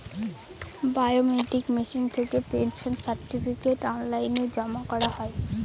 biometric machine থেকে pension certificate online জমা করা হয়